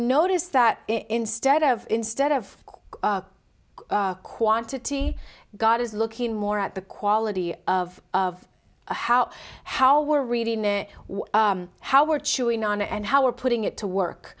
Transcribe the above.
noticed that instead of instead of quantity god is looking more at the quality of of how how we're reading what how we're chewing on it and how we're putting it to work